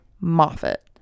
Moffat